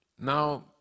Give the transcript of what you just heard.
Now